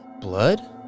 blood